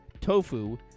tofu